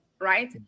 right